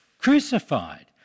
crucified